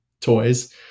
toys